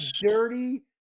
dirty